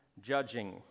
judging